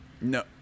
No